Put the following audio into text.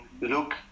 look